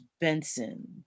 benson